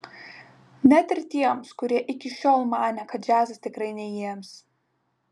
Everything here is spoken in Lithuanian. net ir tiems kurie iki šiol manė kad džiazas tikrai ne jiems